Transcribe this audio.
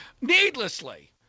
needlessly –